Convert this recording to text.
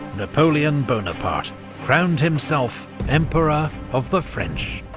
napoleon bonaparte crowned himself emperor of the french.